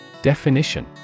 Definition